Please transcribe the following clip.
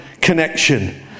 connection